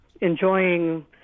enjoying